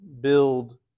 build